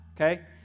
okay